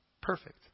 Perfect